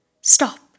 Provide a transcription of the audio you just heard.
Stop